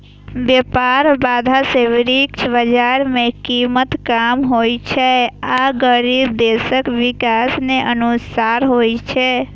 व्यापार बाधा सं विश्व बाजार मे कीमत कम होइ छै आ गरीब देशक किसान कें नुकसान होइ छै